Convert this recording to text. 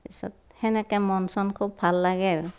তাৰপিছত সেনেকে মন চন খুব ভাল লাগে আৰু